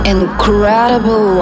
incredible